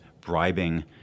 bribing